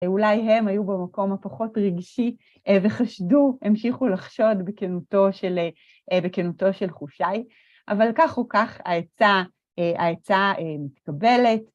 אולי הם היו במקום הפחות ריגשי וחשדו, המשיכו לחשוד, בכנותו של חושי, אבל כך או כך, העצה מתקבלת.